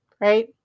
Right